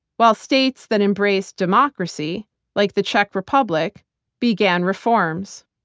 while states that embraced democracy like the czech republic began reforms.